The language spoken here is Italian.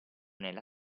nella